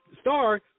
star